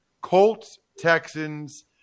Colts-Texans